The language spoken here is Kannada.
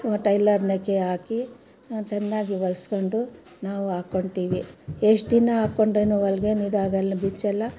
ಟೈಲರ್ನಕೆ ಹಾಕಿ ಚೆನ್ನಾಗಿ ಹೊಲಿಸ್ಕೊಂಡು ನಾವು ಹಾಕೊತೀವಿ ಎಷ್ಟು ದಿನ ಹಾಕೊಂಡ್ರೂ ಹೊಲ್ಗೇ ಇದಾಗಲ್ಲ ಬಿಚ್ಚಲ್ಲ